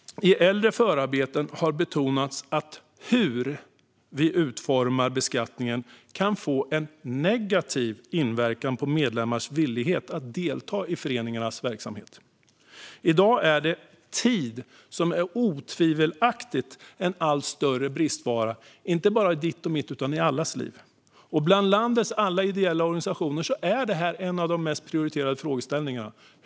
I äldre förarbeten har det betonats att hur vi utformar beskattningen kan få en negativ inverkan på medlemmars villighet att delta i föreningarnas verksamhet. I dag är tid otvivelaktigt en allt större bristvara inte bara i ditt och mitt liv utan i allas liv. Bland landets alla ideella organisationer är det en av de mest prioriterade frågeställningarna.